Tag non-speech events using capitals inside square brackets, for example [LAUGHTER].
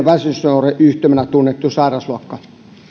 [UNINTELLIGIBLE] väsymysoireyhtymänä tunnettu sairausluokka